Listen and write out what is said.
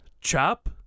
Chop